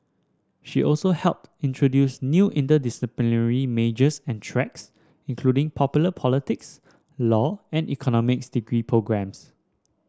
she also helped introduce new interdisciplinary majors and tracks including popular politics law and economics degree programmes